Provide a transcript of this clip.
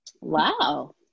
Wow